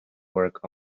work